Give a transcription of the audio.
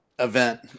event